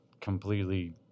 completely